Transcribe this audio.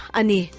ani